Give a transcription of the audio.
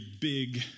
big